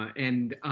and,